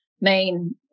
main